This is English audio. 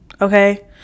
okay